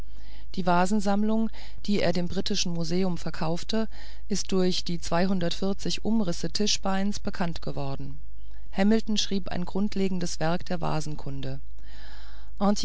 die vasensammlung die er dem britischen museum verkaufte ist durch die zweihundertvierzig umrisse tischbeins bekanntgeworden hamilton schrieb ein grundlegendes werk der